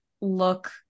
look